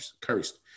cursed